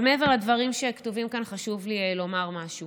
אבל מעבר לדברים שכתובים כאן, חשוב לי לומר משהו.